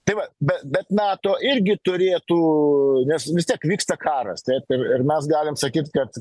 tai va bet bet nato irgi turėtų nes vis tiek vyksta karas tai tai ir mes galim sakyt kad